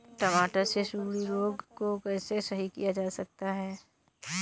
टमाटर से सुंडी रोग को कैसे सही किया जा सकता है?